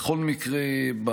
בכל מקרה,